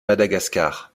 madagascar